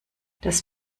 das